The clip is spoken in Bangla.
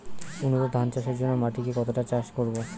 উন্নত ধান চাষের জন্য মাটিকে কতটা চাষ করব?